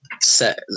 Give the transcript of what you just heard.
set